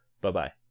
Bye-bye